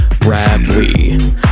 Bradley